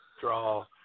draw